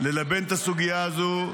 ללבן את הסוגיה הזו,